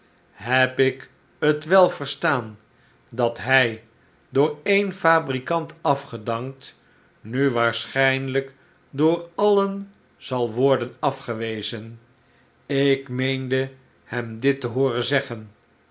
heb ik het wel verstaan dat hij door een fabrikant afgedankt nu waarschijnlijk door alien zal worden afgewezen ik meende hem dit te hooren zeggen